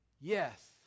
yes